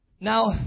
Now